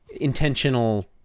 intentional